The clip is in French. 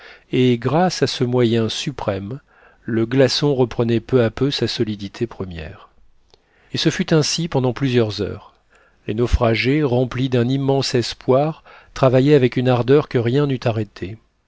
et grâce à ce moyen suprême le glaçon reprenait peu à peu sa solidité première et ce fut ainsi pendant plusieurs heures les naufragés remplis d'un immense espoir travaillaient avec une ardeur que rien n'eût arrêtée